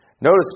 Notice